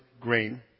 grain